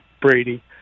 Brady